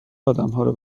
آدمهارو